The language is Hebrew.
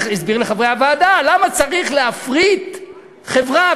ולחברי הוועדה למה צריך להפריט חברה.